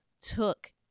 took